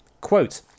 Quote